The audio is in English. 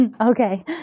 Okay